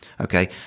Okay